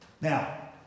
Now